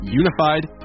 unified